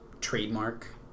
trademark